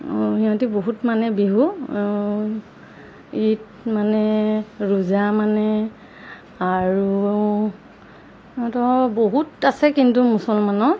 সিহঁতি বহুত মানে বিহু ঈদ মানে ৰোজা মানে আৰু সিহঁতৰ বহুত আছে কিন্তু মুছলমানৰ